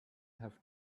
have